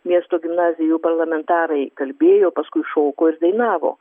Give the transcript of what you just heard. miesto gimnazijų parlamentarai kalbėjo paskui šoko ir dainavo